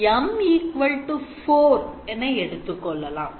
M4 என எடுத்து கொள்ளலாம்